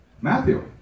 Matthew